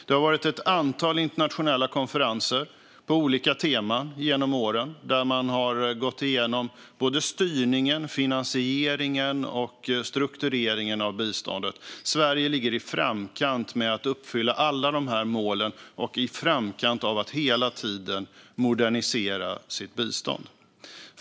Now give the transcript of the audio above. Det har varit ett antal internationella konferenser på olika teman genom åren, där man har gått igenom styrningen, finansieringen och struktureringen av biståndet. Sverige ligger i framkant när det gäller att uppfylla alla dessa mål och att hela tiden modernisera sitt bistånd.